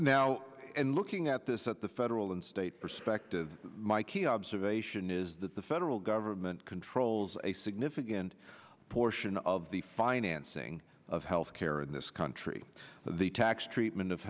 now and looking at this at the federal and state perspective my key observation is that the federal government controls a significant portion of the financing of health care in this country the tax treatment of